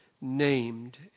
named